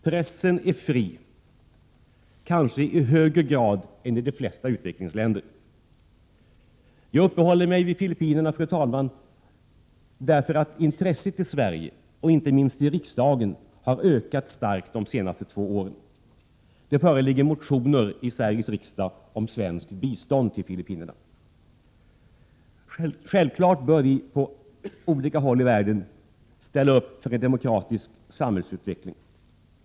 Pressen är fri, kanske i högre grad än i de flesta utvecklingsländer. Jag uppehåller mig vid Filippinerna, fru talman, därför att intresset i Sverige och inte minst i riksdagen har ökat starkt de senaste två åren. Det föreligger motioner i Sveriges riksdag om svenskt bistånd till Filippinerna. Självfallet bör vi på olika håll i världen ställa upp för en demokratisk samhällsutveckling.